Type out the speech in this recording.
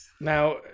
Now